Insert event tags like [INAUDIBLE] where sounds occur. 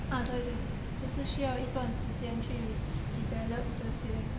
ah 对对就是需要一段时间去 [BREATH] develop 这些